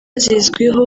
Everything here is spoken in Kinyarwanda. zizwiho